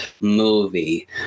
movie